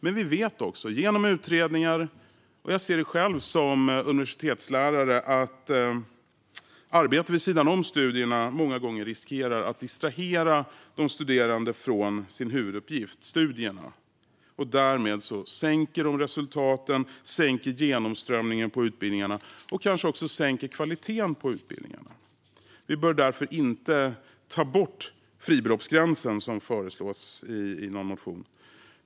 Men vi vet också genom utredningar, och jag ser det själv som universitetslärare, att arbete vid sidan av studierna många gånger riskerar att distrahera de studerande från huvuduppgiften, alltså studierna. Därmed sänks resultaten och genomströmningen på utbildningarna, och kanske sänks också kvaliteten. Vi bör därför inte ta bort fribeloppsgränsen, vilket föreslås i någon motion.